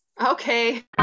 Okay